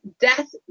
death